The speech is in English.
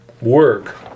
work